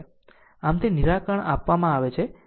આમ તે નિરાકરણ આપવામાં આવે છે